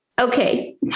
Okay